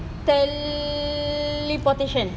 teleportation